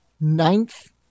ninth